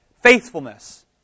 Faithfulness